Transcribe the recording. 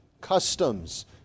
customs